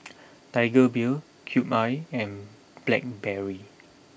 Tiger Beer Cube I and Blackberry